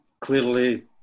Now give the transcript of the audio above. clearly